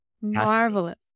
marvelous